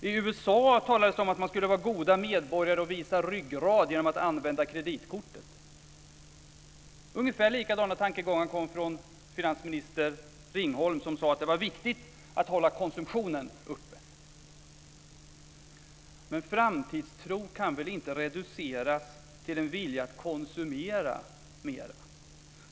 I USA talades det om att man skulle vara god medborgare och visa ryggrad genom att använda kreditkortet. Ungefär likadana tankegångar kom från finansminister Ringholm som sade att det var viktigt att hålla konsumtionen uppe. Men framtidstro kan väl inte reduceras till en vilja att konsumera mer?